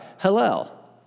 Hillel